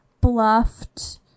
bluffed